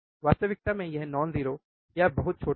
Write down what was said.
वास्तविकता में यह नॉन ज़ीरो या बहुत छोटा है